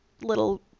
little